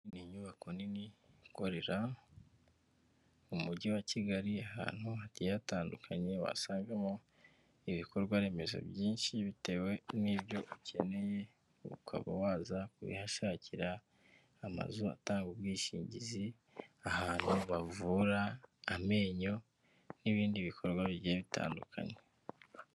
Ni inyubako nini ikorera mu mujyi wa Kigali ahantu hagiye hatandukanye wasangamo ibikorwa remezo byinshi bitewe n'ibyo ukeneye ukaba waza kubihashakira, amazu atanga ubwishingizi, ahantu bavura amenyo n'ibindi bikorwa bigiye bitandukanye.